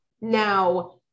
Now